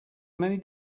many